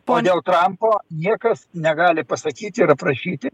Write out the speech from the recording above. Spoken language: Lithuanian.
o dėl trampo niekas negali pasakyti ir aprašyti